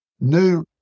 new